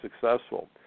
successful